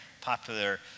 popular